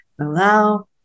allow